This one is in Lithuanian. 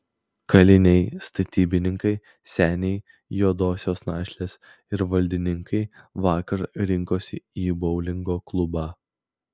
kaliniai statybininkai seniai juodosios našlės ir valdininkai vakar rinkosi į boulingo klubą